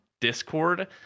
Discord